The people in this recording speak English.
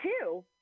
two